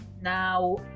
Now